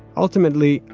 ultimately,